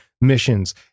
Missions